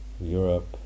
Europe